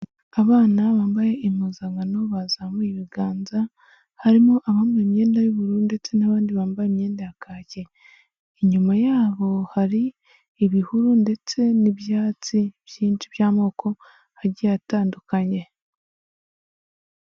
Abana bambaye impuzankano bazamuye ibiganza harimo abambaye imyenda y'ubururu ndetse n'abandi bambaye imyenda ya kake, inyuma yabo hari ibihuru ndetse n'ibyatsi byinshi by'amoko agiye atandukanye.